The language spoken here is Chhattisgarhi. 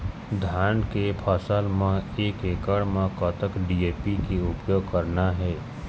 धान के फसल म एक एकड़ म कतक डी.ए.पी के उपयोग करना हे?